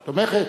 את תומכת?